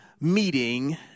meeting